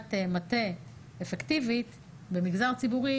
לעבודת מטה אפקטיבית במגזר ציבורי